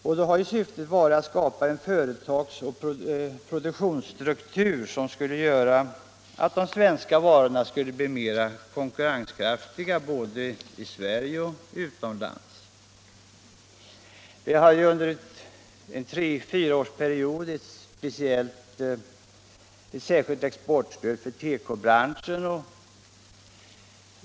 Syftet har då varit att skapa en företags och produktionsstruktur som skulle göra de svenska varorna mera konkurrenskraftiga både i Sverige och utomlands. Vi har ju under ett par omgångar haft ett särskilt exportstöd för tekobranschen.